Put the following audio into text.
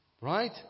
Right